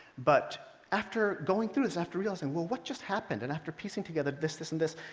but after going through this, after realizing, well what just happened? and after piecing together this, this and this,